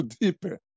deeper